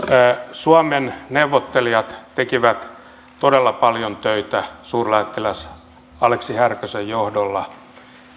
suomen neuvottelijat tekivät todella paljon töitä suurlähettiläs aleksi härkösen johdolla